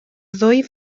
ddwy